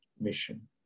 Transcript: mission